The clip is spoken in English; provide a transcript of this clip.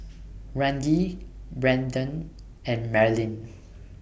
Randi Brendon and Marlyn